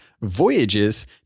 voyages